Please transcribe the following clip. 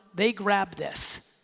they grab this.